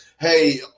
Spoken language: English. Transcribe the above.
hey